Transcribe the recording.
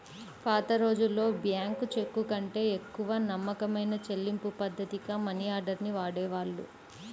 పాతరోజుల్లో బ్యేంకు చెక్కుకంటే ఎక్కువ నమ్మకమైన చెల్లింపుపద్ధతిగా మనియార్డర్ ని వాడేవాళ్ళు